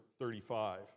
35